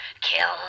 kill